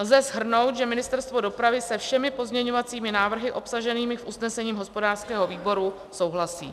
Lze shrnout, že Ministerstvo dopravy se všemi pozměňovacími návrhy obsaženými v usnesení hospodářského výboru souhlasí.